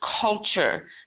culture